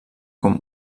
com